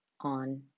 on